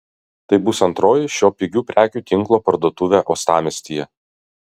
tai bus antroji šio pigių prekių tinklo parduotuvė uostamiestyje